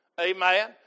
Amen